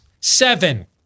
Seven